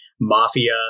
Mafia